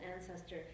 ancestor